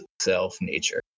self-nature